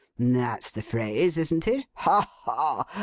that's the phrase, isn't it? ha, ha!